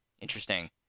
Interesting